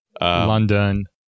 London